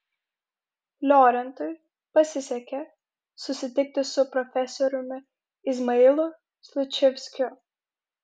liorentui pasisekė susitikti su profesoriumi izmailu slučevskiu